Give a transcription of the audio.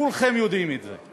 כולכם יודעים את זה,